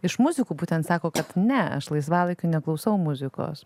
iš muzikų būtent sako kad ne aš laisvalaikiu neklausau muzikos